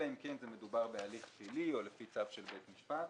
אלא אם כן מדובר בהליך פלילי או לפי צו של בית משפט,